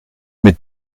mit